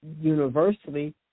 universally